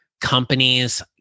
Companies